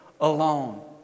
alone